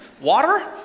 Water